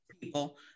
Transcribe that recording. people